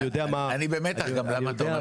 אני גם במתח למה אתה אומר את הדברים האלה.